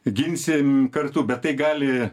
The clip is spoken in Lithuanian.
ginsim kartu bet tai gali